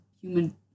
human